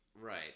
right